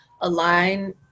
align